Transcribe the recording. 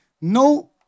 No